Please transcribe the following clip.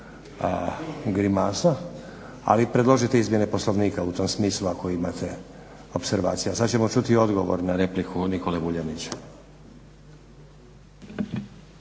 grimasa, ali predložite izmjene Poslovnika u tom smislu ako imate opservacija. A sad ćemo čuti i odgovor na repliku Nikole Vuljanića.